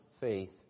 faith